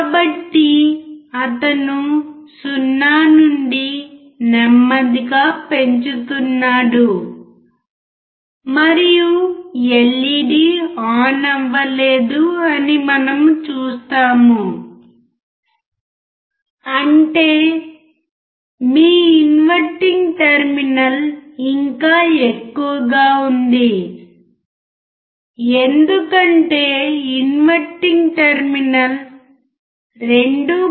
కాబట్టి అతను 0 నుండి నెమ్మదిగా పెంచుతున్నాడు మరియు ఎల్ఈడీ ఆన్ అవ్వలేదు అని మనము చూస్తాము అంటే మీ ఇన్వర్టింగ్ టెర్మినల్ ఇంకా ఎక్కువగా ఉంది ఎందుకంటే ఇన్వర్టింగ్ టెర్మినల్ 2